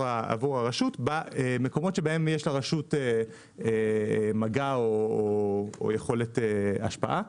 הרשות במקומות שבהם יש לרשות מגע או יכולת השפעה.